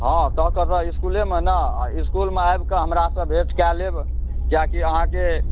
हँ तऽ कतऽ इसकुलेमे ने इसकुलमे आबिकऽ हमरासँ भेँट कऽ लेब की आकि अहाँके